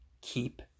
keep